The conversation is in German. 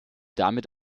damit